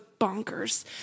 bonkers